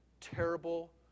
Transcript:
terrible